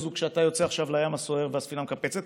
כשאתה יוצא עכשיו לים הסוער והספינה מקפצת.